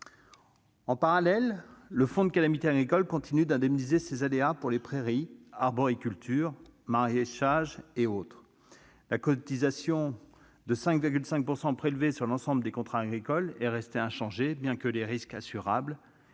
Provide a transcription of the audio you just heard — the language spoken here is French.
En parallèle, le FNGRA continue d'indemniser ces aléas pour les prairies, l'arboriculture, le maraîchage et autres productions. La cotisation de 5,5 % prélevée sur l'ensemble des contrats agricoles est restée inchangée, bien que les risques assurables